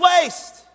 waste